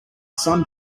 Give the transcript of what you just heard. some